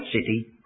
city